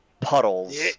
puddles